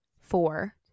four